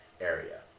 area